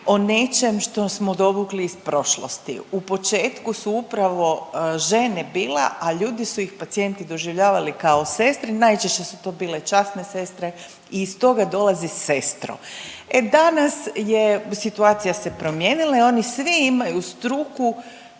o nečem što smo dovukli iz prošlosti. U početku su upravo žene bila, a ljudi su ih pacijenti doživljavali kao sestre, najčešće su to bile časne sestre i iz toga dolazi sestro. E danas je situacija se promijenila i oni svi imaju struku